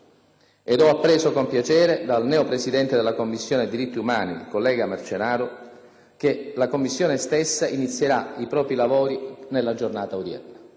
Ed ho appreso con piacere dal neo Presidente della Commissione diritti umani, il collega Marcenaro, che la Commissione stessa inizierà i propri lavori proprio nella giornata odierna.